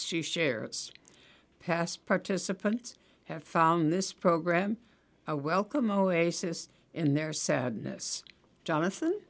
shares past participants have found this program a welcome oasis in their sadness jonathan